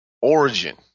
origin